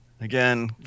Again